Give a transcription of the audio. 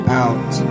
out